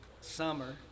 summer